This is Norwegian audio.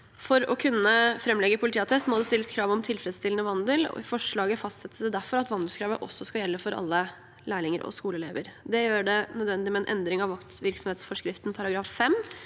For å kunne framlegge politiattest må det stilles krav om tilfredsstillende vandel. Forslaget fastsetter derfor at vandelskravet også skal gjelde for alle lærlinger og skoleelever. Det gjør det nødvendig med en endring av vaktvirksomhetsforskriftens § 5,